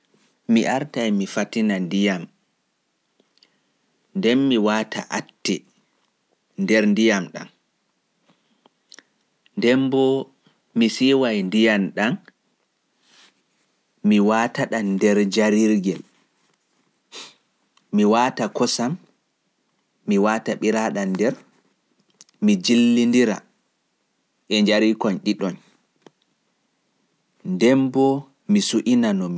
Fatin ndiyam ma nden ngaata atte (teabag) to nder, siwu ndiyam ma nden ngaata ɓiraaɗam, sukari e ko lutti nden njillindira e njarirkoyn ɗiɗoyn. Nden bo su'ina no ngiɗɗa njara atte ma.